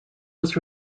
was